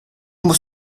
muss